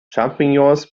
champignons